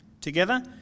Together